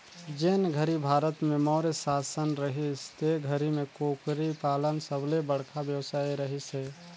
जेन घरी भारत में मौर्य सासन रहिस ते घरी में कुकरी पालन सबले बड़खा बेवसाय रहिस हे